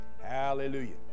hallelujah